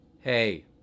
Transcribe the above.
Hey